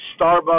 Starbucks